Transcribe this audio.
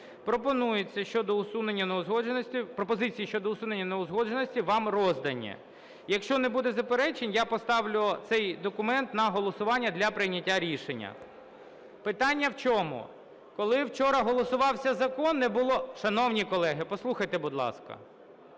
Пропозиції щодо усунення неузгодженостей вам роздані. Якщо не буде заперечень, я поставлю цей документ на голосування для прийняття рішення. Питання в чому, коли вчора голосувався закон, не було… Шановні колеги, послухайте, будь ласка.